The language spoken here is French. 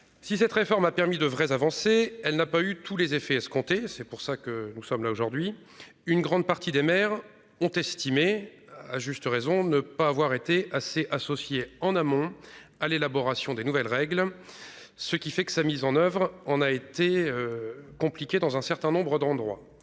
Si cette réforme a permis de vraies avancées. Elle n'a pas eu tous les effets escomptés. C'est pour ça que nous sommes là aujourd'hui, une grande partie des maires ont estimé à juste raison, ne pas avoir été assez associés en amont à l'élaboration des nouvelles règles. Ce qui fait que sa mise en oeuvre. On a été. Compliqué, dans un certain nombre d'endroits.